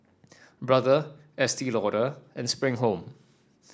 Brother Estee Lauder and Spring Home